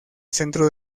centro